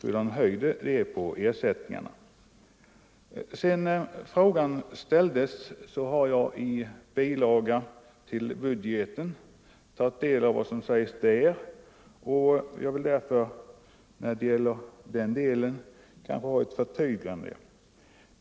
Jag har, efter det att frågan ställdes, tagit del av vad som sägs om detta i budgetpropositionen. När det gäller den delen vill jag ha ett förtydligande.